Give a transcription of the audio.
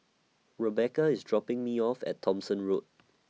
Rebecca IS dropping Me off At Thomson Road